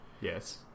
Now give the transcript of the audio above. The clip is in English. Yes